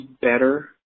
better